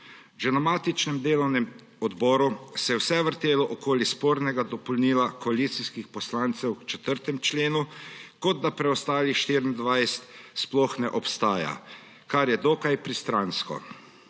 Že na matičnem delovnem odboru se je vse vrtelo okoli spornega dopolnila koalicijskih poslancev k 4. členu, kot da preostalih 24 sploh ne obstaja, kar je dokaj pristransko.